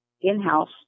in-house